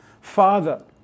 Father